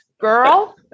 girl